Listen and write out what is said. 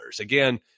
Again